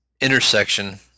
intersection